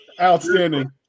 Outstanding